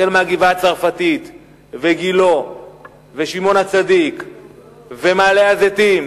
החל בגבעה-הצרפתית וגילה ושמעון-הצדיק ומעלה-הזיתים,